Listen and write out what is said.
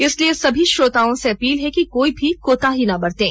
इसलिए सभी श्रोताओं से अपील है कि कोई भी कोताही ना बरतें